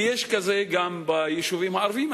ויש כזה גם ביישובים הערביים.